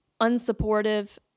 unsupportive